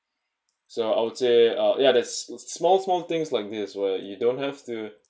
so I would say uh yeah that's small small things like this where you don't have to